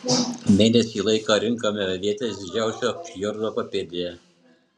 mėnesį laiko rinkome avietes didžiausio fjordo papėdėje